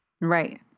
Right